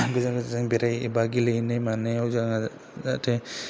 गोजान गोजान गेलेबा बेरायनाय मानायाव जोङो